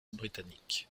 britanniques